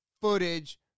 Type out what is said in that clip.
footage